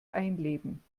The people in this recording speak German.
einleben